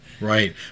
right